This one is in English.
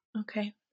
Okay